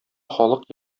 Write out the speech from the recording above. халык